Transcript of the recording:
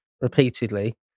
repeatedly